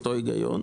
אתו היגיון.